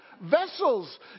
vessels